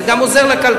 אז זה גם עוזר לכלכלה.